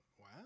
Wow